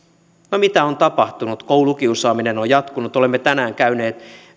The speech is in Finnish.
no mitä on tapahtunut koulukiusaaminen on jatkunut olemme tänään käyneet